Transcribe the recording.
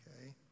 okay